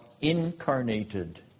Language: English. incarnated